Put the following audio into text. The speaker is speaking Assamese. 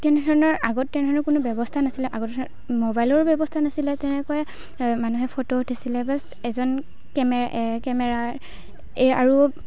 তেনেধৰণৰ আগত তেনেধৰণৰ কোনো ব্যৱস্থা নাছিলে আগৰ মবাইলৰ ব্যৱস্থা নাছিলে তেনেকৈ মানুহে ফটো উঠিছিলে বচ্ এজন কেমেৰাৰ এই আৰু